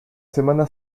semana